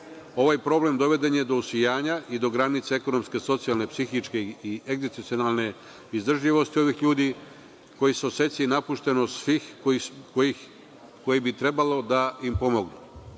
problem doveden je do usijanja i do granice ekonomske, socijalne, psihičke i egzistencionalne izdržljivosti ovih ljudi koji se osećaju napušteni od svih koji bi trebalo da im pomognu.